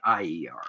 IER